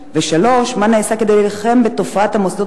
3. מה נעשה כדי להילחם בתופעת המוסדות